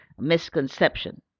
misconception